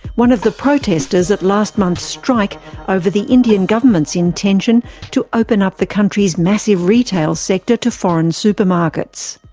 one of the protesters at last month's strike over the indian government's intention to open up the country's massive retail sector to foreign supermarkets.